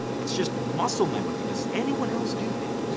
it's just muscle memory. does anyone else do that?